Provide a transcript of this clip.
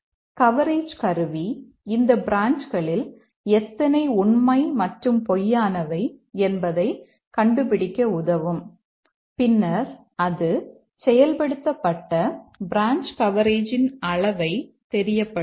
coverage கருவி இந்த பிரான்ச்களில் எத்தனை உண்மை மற்றும் பொய்யானவை என்பதைக் கண்டுபிடிக்க உதவும் பின்னர் அது செயல்படுத்தப்பட்ட பிரான்ச் கவரேஜின் அளவைப் தெரியப்படுத்தும்